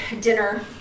dinner